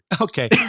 okay